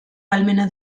ahalmena